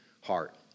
heart